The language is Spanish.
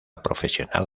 profesional